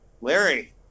Larry